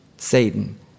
satan